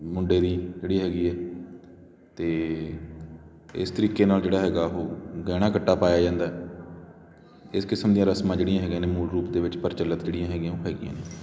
ਮੁੰਡੇ ਦੀ ਜਿਹੜੀ ਹੈਗੀ ਹੈ ਅਤੇ ਇਸ ਤਰੀਕੇ ਨਾਲ ਜਿਹੜਾ ਹੈਗਾ ਉਹ ਗਹਿਣਾ ਗੱਟਾ ਪਾਇਆ ਜਾਂਦਾ ਇਸ ਕਿਸਮ ਦੀਆਂ ਰਸਮਾਂ ਜਿਹੜੀਆਂ ਹੈਗੀਆਂ ਨੇ ਮੂਲ ਰੂਪ ਦੇ ਵਿੱਚ ਪ੍ਰਚਲਿਤ ਜਿਹੜੀਆਂ ਹੈਗੀਆਂ ਉਹ ਹੈਗੀਆਂ ਨੇ